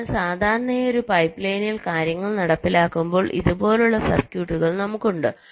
അതിനാൽ സാധാരണയായി ഒരു പൈപ്പ്ലൈനിൽ കാര്യങ്ങൾ നടപ്പിലാക്കുമ്പോൾ ഇതുപോലെയുള്ള സർക്യൂട്ടുകൾ നമുക്കുണ്ട്